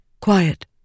Quiet